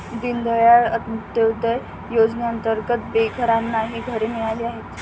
दीनदयाळ अंत्योदय योजनेअंतर्गत बेघरांनाही घरे मिळाली आहेत